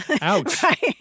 Ouch